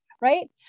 right